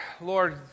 Lord